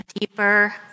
Deeper